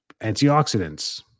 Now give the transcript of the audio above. antioxidants